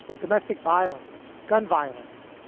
domestic violence, gun violence,